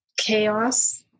chaos